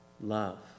love